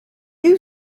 you